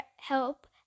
help